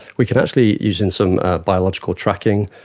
we can actually, using some biological tracking,